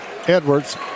Edwards